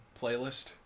playlist